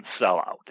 sellout